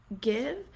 give